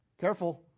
Careful